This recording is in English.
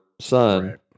son